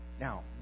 Now